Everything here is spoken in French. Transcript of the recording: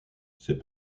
ses